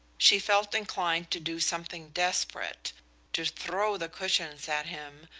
she felt inclined to do something desperate to throw the cushions at him,